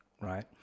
right